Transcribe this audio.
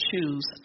choose